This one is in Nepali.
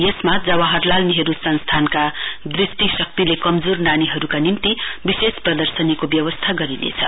यसमा जवाहरलाल नेहरू संस्थानका दृष्टिशक्तिले कमजोर नानीहरूका निम्ति विशेष प्रदर्शनीको व्यवस्था गरिनेछ